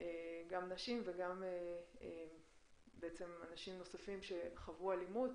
נשים ואנשים נוספים שחוו אלימות